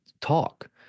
talk